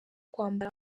kwambara